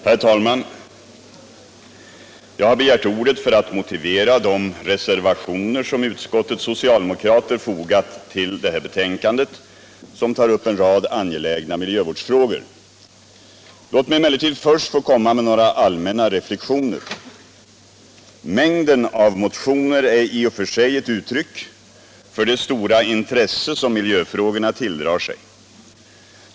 Herr talman! Jag har begärt ordet för att motivera de reservationer som utskottets socialdemokrater fogat till detta betänkande, som tar upp en rad angelägna miljövårdsfrågor. Låt mig emellertid först få komma med några allmänna reflexioner. Mängden av motioner är i och för sig ett uttryck för det stora intresse som miljöfrågorna tilldrar sig.